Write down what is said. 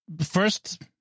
first